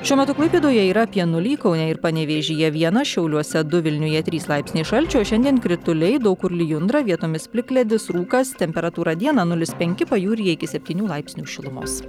šiuo metu klaipėdoje yra apie nulį kaune ir panevėžyje vieną šiauliuose du vilniuje trys laipsniai šalčio šiandien krituliai daug kur lijundra vietomis plikledis rūkas temperatūra dieną nulis penki pajūryje iki septynių laipsnių šilumos